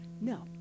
No